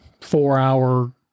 four-hour